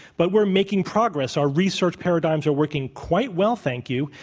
but we're making progress. our research paradigms are working quite well, thank you,